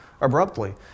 abruptly